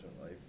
life